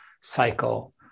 cycle